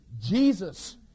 Jesus